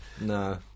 No